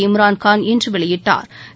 இம்ரான் கான் இன்று வெளியிட்டாா்